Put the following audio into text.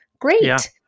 Great